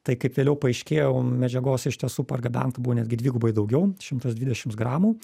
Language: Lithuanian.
tai kaip vėliau paaiškėjo medžiagos iš tiesų pargabenta buvo netgi dvigubai daugiau šimtas dvidešims gramų